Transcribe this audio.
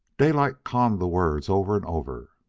daylight conned the words over and over.